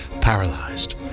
paralyzed